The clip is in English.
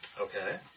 Okay